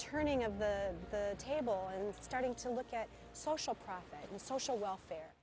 turning of the table and starting to look at social profit the social welfare